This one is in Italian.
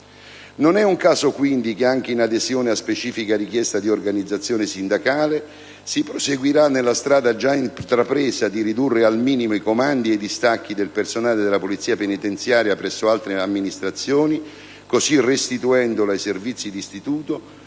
Non è un caso, quindi, che, anche in adesione a specifica richiesta di organizzazione sindacale, si proseguirà nella strada già intrapresa di ridurre al minimo i comandi e i distacchi del personale della Polizia penitenziaria presso altre amministrazioni così restituendolo ai servizi di istituto,